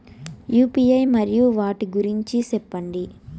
UPI మరియు వాటి గురించి సెప్పండి?